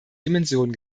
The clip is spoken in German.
dimension